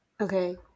Okay